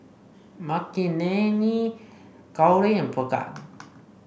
Makineni Gauri and Bhagat